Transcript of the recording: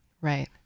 Right